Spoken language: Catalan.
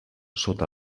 sota